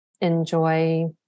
enjoy